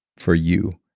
for you,